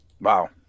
Wow